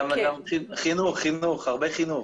גם חינוך, חינוך, הרבה חינוך.